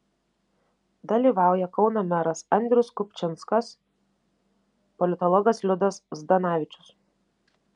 dalyvauja kauno meras andrius kupčinskas politologas liudas zdanavičius